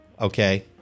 okay